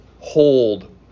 hold